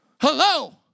Hello